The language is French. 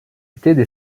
étaient